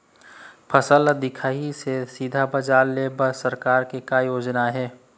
फसल ला दिखाही से सीधा बजार लेय बर सरकार के का योजना आहे?